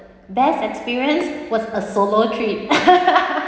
best experience was a solo trip